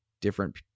different